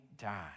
die